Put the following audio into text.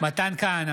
מתן כהנא,